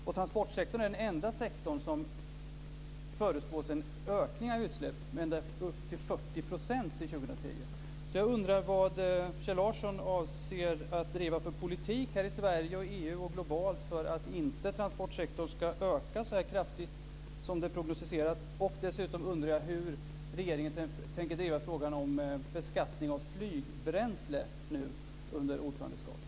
Och transportsektorn är den enda sektor som förutspås få en ökning av utsläppen, en ökning på upp till Jag undrar vad Kjell Larsson avser att driva för politik här i Sverige, i EU och globalt för att inte transportsektorn ska öka så kraftigt som det är prognostiserat. Dessutom undrar jag hur regeringen tänker driva frågan om beskattning av flygbränsle nu under ordförandeskapet.